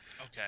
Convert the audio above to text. okay